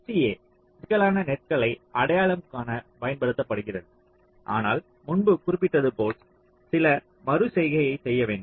STA சிக்கலான நெட்களை அடையாளம் காண பயன்படுத்தப்படுகிறது ஆனால் முன்பு குறிப்பிட்டது போல் சில மறு செய்கையை செய்ய வேண்டும்